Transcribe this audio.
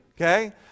okay